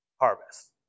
harvest